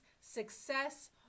success